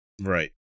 right